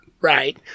Right